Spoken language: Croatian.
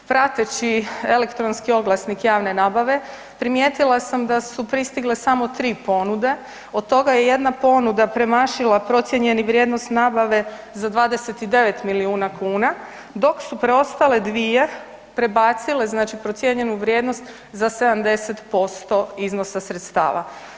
Prateći elektronski oglasnik javne nabave primijetila sam da su pristigle samo 3 ponude, od toga je jedna ponuda premašila procijenjenu vrijednost nabave za 29 milijuna kuna, dok su ostale dvije prebacile znači procijenjenu vrijednost za 70% iznosa sredstava.